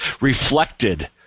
reflected